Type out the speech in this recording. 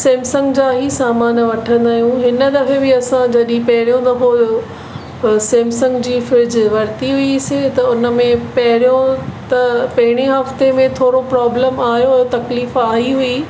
Samsung जा ई सामान वठंदा आहियूं हिन दफ़े बि असां जॾहिं पहिरियों दफ़ो सैमसंग जी फ्रिज वरती हुईसीं त उनमें पहिरियों त पहिरियों हफ़्ते में थोरो प्रॉब्लम आहियो उहो तकलीफ़ आई हुई